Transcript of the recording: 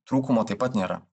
trūkumo taip pat nėra